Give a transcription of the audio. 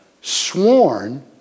sworn